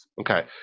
Okay